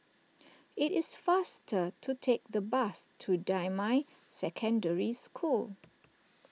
it is faster to take the bus to Damai Secondary School